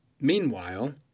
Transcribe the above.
Meanwhile